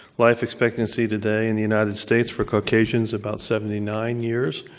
life expectancy today in the united states for caucasians about seventy nine years,